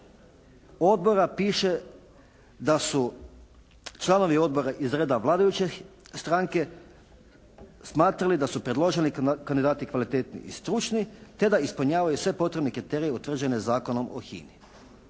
Odbora piše da su članovi Odbora iz rada vladajuće stranke smatrali da su predloženi kandidati kvalitetni i stručni, te da ispunjavaju sve potrebne kriterije utvrđene Zakonom o HINA-i.